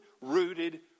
rooted